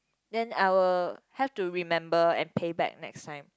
then I will have to remember and pay back next time